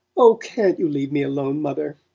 oh, can't you leave me alone, mother?